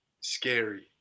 scary